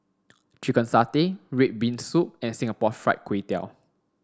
chicken satay red bean soup and singapore fried kway tiao